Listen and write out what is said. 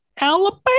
Alabama